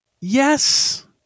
Yes